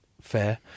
Fair